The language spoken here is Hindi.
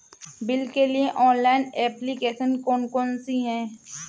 बिल के लिए ऑनलाइन एप्लीकेशन कौन कौन सी हैं?